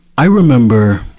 i remember,